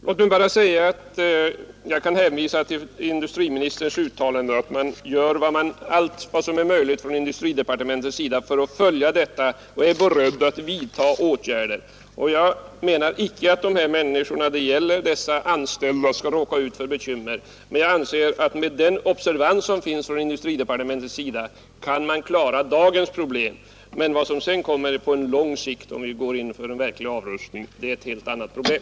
Herr talman! Låt mig bara hänvisa till industriministerns uttalande att man gör allt som är möjligt från industridepartementets sida för att följa denna fråga och att man är beredd att vidta åtgärder. Jag menar icke att de människor det gäller, dvs. de anställda, skall råka ut för bekymmer, men med den observans som finns från industridepartementet anser jag att man kan klara dagens problem. Vad som sedan sker på lång sikt, om vi går in för verklig avrustning, är ett helt annat problem.